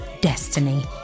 destiny